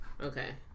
Okay